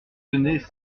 tenaient